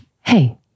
Hey